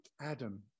Adam